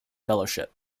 fellowship